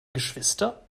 geschwister